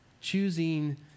choosing